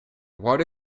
what